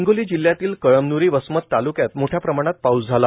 हिंगोली जिल्ह्यातील कळमन्री वसमत तालुक्यात मोठ्या प्रमाणात पाऊस झाला